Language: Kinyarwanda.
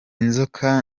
nzoka